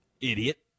Idiot